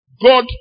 God